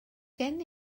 gen